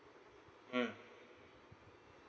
mm